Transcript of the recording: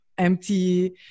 empty